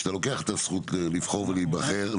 כשאתה לוקח את הזכות לבחור ולהיבחר,